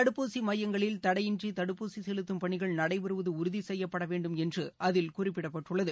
தடுப்பூசிமையங்களில் தடையின்றிதடுப்பூசிசெலுத்தும் பணிகள் நடைபெறுவதுஉறுதிசெய்யப்படவேண்டும் என்றுஅதில் குறிப்பிடப்பட்டுள்ளது